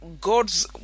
God's